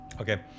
okay